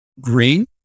green